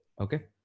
okay